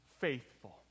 faithful